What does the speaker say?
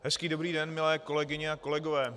Hezký dobrý den, milé kolegyně a kolegové.